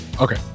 Okay